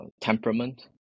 temperament